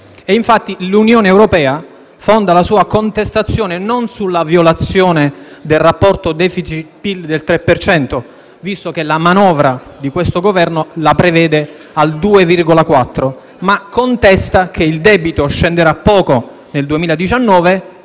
infatti, l'Unione europea fonda la sua contestazione non sulla violazione del rapporto *deficit-*PIL del 3 per cento, visto che la manovra di questo Governo lo prevede al 2,4, ma contesta che il debito scenderà poco nel 2019,